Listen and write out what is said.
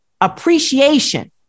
appreciation